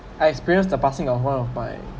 I experience the passing of one of my